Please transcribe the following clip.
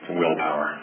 willpower